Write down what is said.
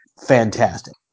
Fantastic